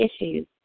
issues